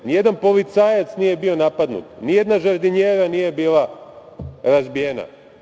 Nijedan policajac nije bio napadnut, nijedna žardinjera nije bila razbijena.